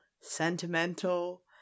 sentimental